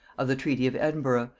of the treaty of edinburgh,